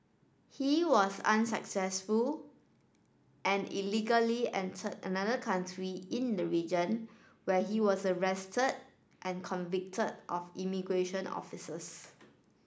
he was unsuccessful and illegally entered another country in the region where he was arrested and convict of immigration officers